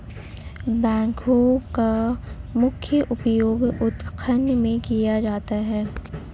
backhoe का मुख्य उपयोग उत्खनन में किया जाता है